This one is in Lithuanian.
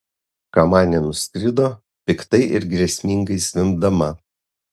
kamanė nuskrido piktai ir grėsmingai zvimbdama